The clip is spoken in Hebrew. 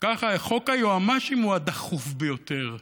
ככה חוק היועמ"שים הוא הדחוף ביותר,